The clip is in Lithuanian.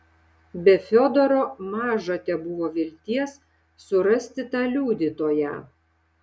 be fiodoro maža tebuvo vilties surasti tą liudytoją